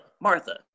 Martha